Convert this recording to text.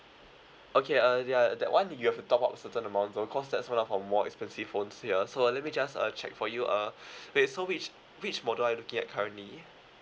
okay uh ya that [one] you have to top up certain amount of course that's one of our more expensive phones ya so let me just uh check for you uh wait so which which model are you looking at currently